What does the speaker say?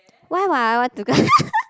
why would I want to go